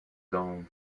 dawn